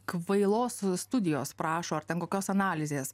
kvailos studijos prašo ar ten kokios analizės